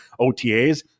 OTAs